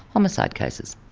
homicide cases,